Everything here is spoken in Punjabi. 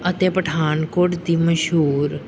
ਅਤੇ ਪਠਾਨਕੋਟ ਦੀ ਮਸ਼ਹੂਰ